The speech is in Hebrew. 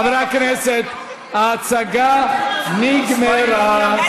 חברי הכנסת, ההצגה נגמרה.